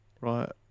Right